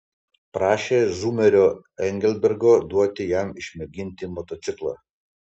prašė zumerio englebergo duoti jam išmėginti motociklą